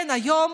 כן, היום